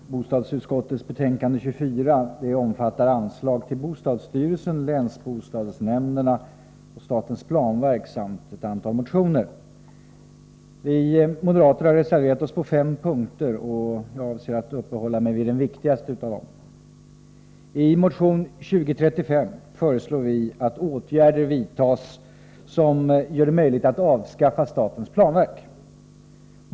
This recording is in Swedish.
Herr talman! Bostadsutskottets betänkande 24 omfattar anslag till bostadsstyrelsen, länsbostadsnämnderna och statens planverk samt ett antal motioner. Vi moderater har reserverat oss på fem punkter, och jag avser att uppehålla mig vid den viktigaste av dem. I motion 2035 föreslår vi att åtgärder vidtas som gör det möjligt att avskaffa statens planverk.